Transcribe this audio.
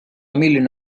million